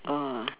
ah